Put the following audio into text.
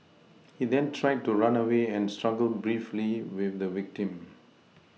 he then tried to run away and struggled briefly with the victim